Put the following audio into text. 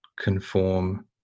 conform